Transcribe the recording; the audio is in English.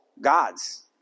gods